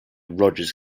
rogers